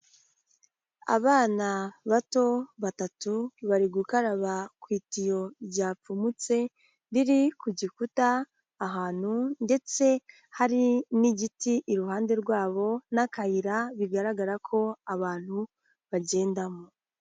Abana bato batatu bari gukaraba ku itiyo ryapfumutse riri ku gikuta ahantu ndetse hari n'igiti iruhande rwabo n'akayira bigaragara ko abantu bagendamo.